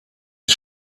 ist